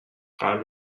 قلب